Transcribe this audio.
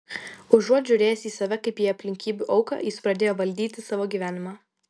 užuot žiūrėjęs į save kaip į aplinkybių auką jis pradėjo valdyti savo gyvenimą